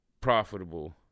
profitable